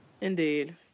Indeed